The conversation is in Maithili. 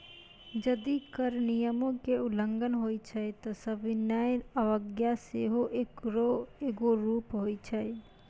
जदि कर नियमो के उल्लंघन होय छै त सविनय अवज्ञा सेहो एकरो एगो रूप होय छै